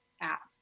app